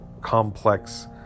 complex